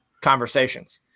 conversations